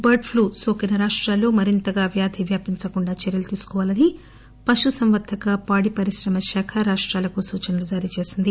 bird flu నోకిన రాష్రాలు మరింతగా వ్యాధి వ్యాపించకుండా చర్యలు తీసుకోవాలని పశుసంవర్దక పాడిపరిశ్రమ శాఖ రాష్టాలకు సూచనలు జారీ చేసింది